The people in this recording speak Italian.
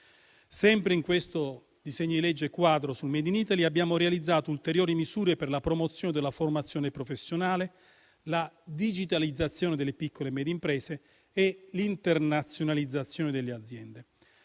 Sempre nel citato disegno di legge quadro sul *made in Italy*, abbiamo realizzato ulteriori misure per la promozione della formazione professionale, la digitalizzazione delle piccole e medie imprese e l'internazionalizzazione delle aziende.